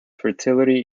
fertility